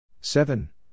Seven